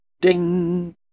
Ding